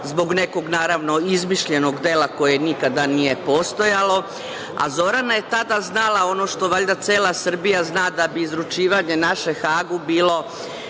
zbog nekog naravno izmišljenog dela koje nikada nije postojalo, a Zorana je tada znala ono što, valjda, cela Srbija zna, da bi izručivanje naše Hagu bilo